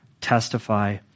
testify